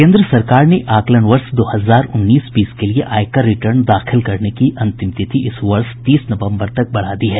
केन्द्र सरकार ने आकलन वर्ष दो हजार उन्नीस बीस के लिए आयकर रिटर्न दाखिल करने की अंतिम तिथि इस वर्ष तीस नवंबर तक बढ़ा दी है